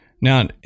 now